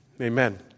amen